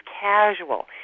casual